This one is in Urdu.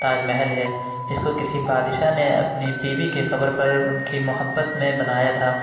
تاج محل ہے جس کو کسی بادشاہ نے اپنی بیوی کے قبر پر ان کی محبت میں بنایا تھا